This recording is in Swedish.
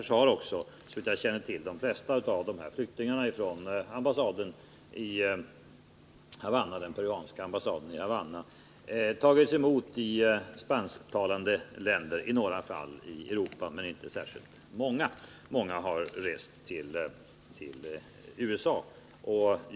Såvitt jag känner till har de flesta av flyktingarna från Perus ambassad i Havanna tagits emot i spansktalande länder — i några fall i Europa, men det gäller inte särskilt många. Många har rest till USA.